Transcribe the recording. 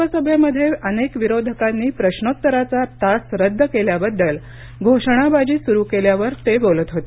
लोकसभेमध्ये अनेक विरोधकांनी प्रश्नोत्तराचा तास रद्द केल्याबद्दल घोषणाबाजी सुरु केल्यावर ते बोलत होते